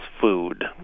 food